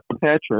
Patrick